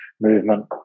movement